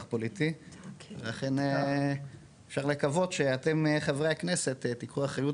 פוליטי ולכן אפשר לקוות שאתם חברי הכנסת תיקחו אחריות